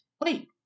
wait